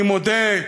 אני מודה,